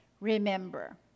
remember